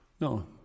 No